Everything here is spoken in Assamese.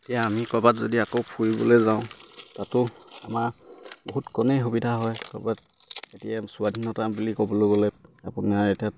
এতিয়া আমি ক'ৰবাত যদি আকৌ ফুৰিবলে যাওঁ তাতো আমাৰ বহুত কণেই সুবিধা হয় ক'ৰবাত এতিয়া স্বাধীনতা বুলি ক'বলৈ গ'লে আপোনাৰ এতিয়া